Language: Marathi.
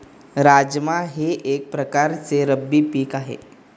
राजमा हे एक प्रकारचे रब्बी पीक आहे